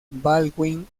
baldwin